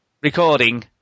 recording